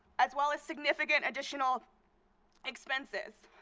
as well as significant additional expenses.